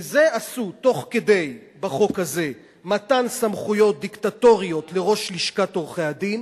וזה עשו בחוק הזה תוך כדי מתן סמכויות דיקטטוריות לראש לשכת עורכי-הדין,